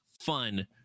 fun